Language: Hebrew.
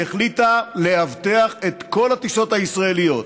החליטה לאבטח את כל הטיסות הישראליות,